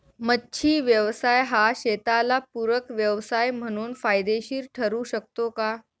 मच्छी व्यवसाय हा शेताला पूरक व्यवसाय म्हणून फायदेशीर ठरु शकतो का?